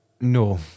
No